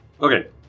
Okay